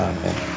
Amen